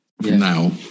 now